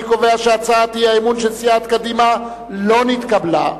אני קובע שהצעת האי-אמון של סיעת קדימה לא נתקבלה.